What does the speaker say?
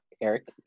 eric